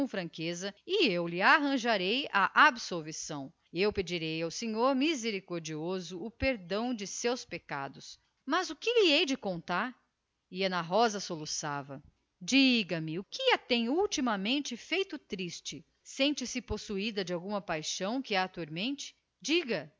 franqueza conte-me tudo e eu lhe conseguirei a absolvição eu pedirei ao senhor misericordioso o perdão dos seus pecados mas o que lhe hei de eu contar e soluçava diga-me o que é que ultimamente a tem posto triste sente-se possuída de alguma paixão que a atormenta diga